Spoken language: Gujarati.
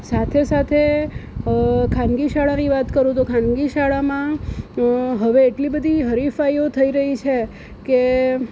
સાથે સાથે ખાનગી શાળાની વાત કરું તો ખાનગી શાળામાં હવે એટલી બધી હરિફાઈઓ થઈ રહી છે કે